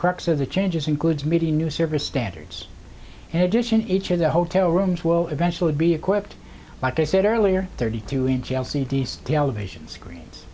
crux of the changes includes meeting new service standards and addition each of the hotel rooms will eventually be equipped like i said earlier thirty two inch l c d television screens